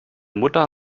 mutter